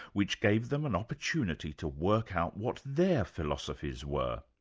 which gave them an opportunity to work out what their philosophies were.